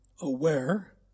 aware